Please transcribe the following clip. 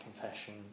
confession